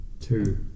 Two